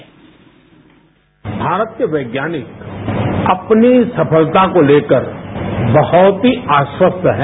sound bite Bharat के वैज्ञानिक अपनी सफलता को लेकर बहुत ही आश्वस्त हैं